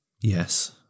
Yes